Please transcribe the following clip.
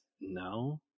No